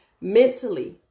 mentally